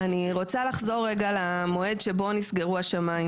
אני רוצה לחזור למועד בו נסגרו השמיים